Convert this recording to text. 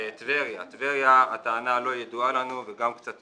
טבריה, הטענה לא ידועה לנו, וגם קצת